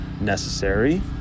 necessary